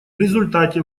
результате